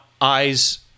eyes